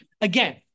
Again